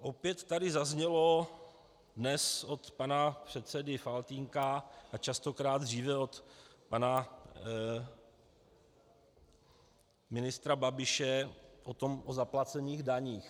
Opět tady zaznělo, dnes od pana předsedy Faltýnka a častokrát dříve od pana ministra Babiše, o zaplacených daních.